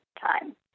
time